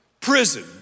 prison